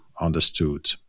understood